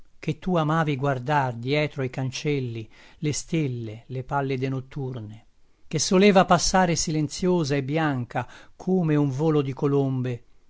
che tu amavi guardar dietro i cancelli le stelle le pallide notturne che soleva passare silenziosa e bianca come un volo di colombe